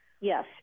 Yes